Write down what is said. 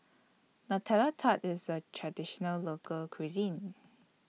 Nutella Tart IS A Traditional Local Cuisine